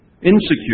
insecure